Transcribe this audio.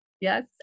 Yes